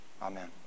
Amen